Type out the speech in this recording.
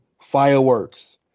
Fireworks